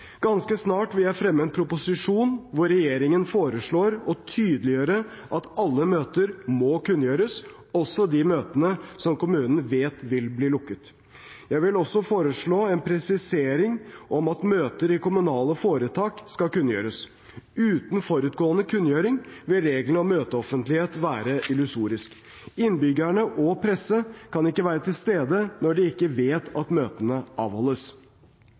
Ganske snart vil jeg fremme en proposisjon hvor regjeringen foreslår å tydeliggjøre at alle møter må kunngjøres, også de møtene som kommunen vet vil bli lukket. Jeg vil også foreslå en presisering om at møter i kommunale foretak skal kunngjøres. Uten forutgående kunngjøring vil reglene om møteoffentlighet være illusoriske. Innbyggerne og presse kan ikke være til stede når de ikke vet at møtene avholdes.